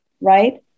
right